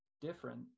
different